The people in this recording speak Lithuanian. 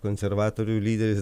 konservatorių lyderis